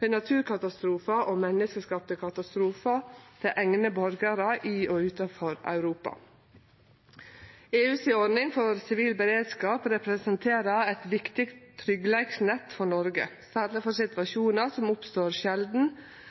ved naturkatastrofar og menneskeskapte katastrofar til eigne borgarar i og utanfor Europa. EUs ordning for sivil beredskap representerer eit viktig tryggleiksnett for Noreg, særleg for situasjonar som oppstår